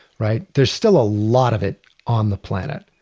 right? there's still a lot of it on the planet.